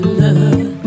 love